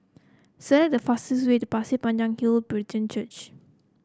select the fastest way to Pasir Panjang Hill Brethren Church